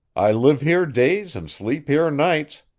i live here days and sleep here nights.